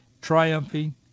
triumphing